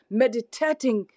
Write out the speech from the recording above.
meditating